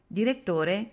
direttore